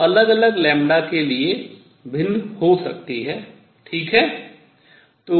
जो अलग अलग के लिए भिन्न हो सकती है ठीक है